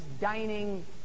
dining